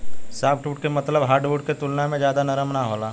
softwood के मतलब hardwood के तुलना में ज्यादा नरम ना होला